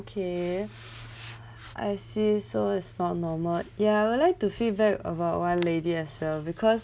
okay I see so it's not normal ya I would like to feedback about one lady as well because